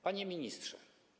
Panie Ministrze!